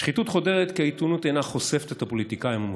השחיתות חודרת כי העיתונות אינה חושפת את הפוליטיקאים המושחתים.